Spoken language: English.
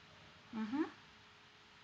mmhmm